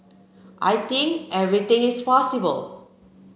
I think everything is possible